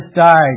died